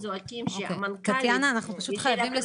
תכנון.